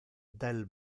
del